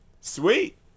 Sweet